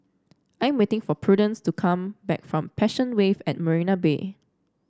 I'm waiting for Prudence to come back from Passion Wave at Marina Bay